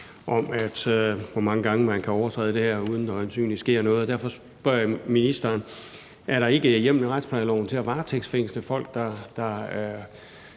om, hvor mange gange man kan overtræde det her, uden at der øjensynlig sker noget. Og derfor spørger jeg ministeren: Er der ikke hjemmel i retsplejeloven til at varetægtsfængsle folk, der